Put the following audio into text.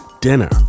dinner